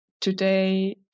today